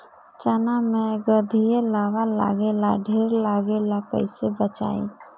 चना मै गधयीलवा लागे ला ढेर लागेला कईसे बचाई?